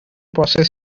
process